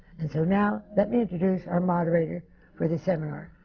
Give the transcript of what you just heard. and so now, let me introduce our moderator for this seminar,